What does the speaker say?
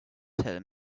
tell